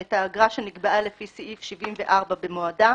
את האגרה שנקבעה לפי סעיף 74 במועדה,